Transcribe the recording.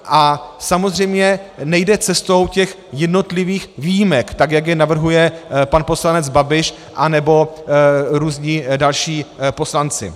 A samozřejmě nejde cestou těch jednotlivých výjimek, jak je navrhuje pan poslanec Babiš anebo různí další poslanci.